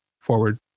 forward